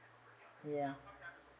yeah